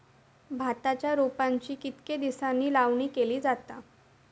भाताच्या रोपांची कितके दिसांनी लावणी केली जाता?